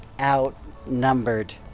outnumbered